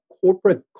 corporate